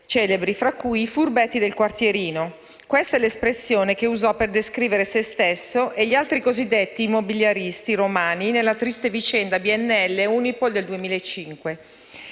celebri, fra cui l'espressione «furbetti del quartierino». Questa è l'espressione che usò per descrivere sé stesso e gli altri cosiddetti immobiliaristi romani nella triste vicenda BNL-Unipol del 2005.